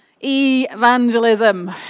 evangelism